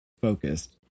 focused